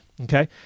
Okay